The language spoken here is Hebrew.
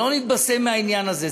שלא נתבשם מהעניין הזה.